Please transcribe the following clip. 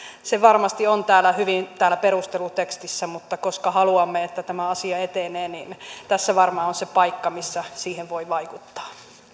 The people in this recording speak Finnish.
se varmasti on hyvin täällä perustelutekstissä mutta koska haluamme että tämä asia etenee niin tässä varmaan on se paikka missä siihen voi vaikuttaa